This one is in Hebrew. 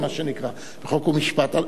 הדרך למשטרים אפלים.